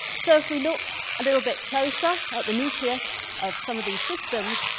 so if we look a little bit closer at the nucleus of some of these systems.